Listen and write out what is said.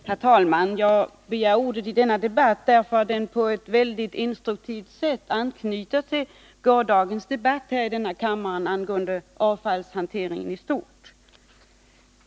Herr talman! Jag har begärt ordet i denna debatt därför att den på ett instruktivt sätt anknyter till gårdagens debatt här i kammaren angående avfallshanteringen i stort.